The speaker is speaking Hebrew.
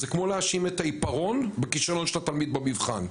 זה כמו להאשים את העיפרון בכישלון של התלמיד במבחן,